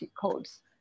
codes